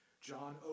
John